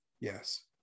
yes